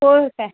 होय काय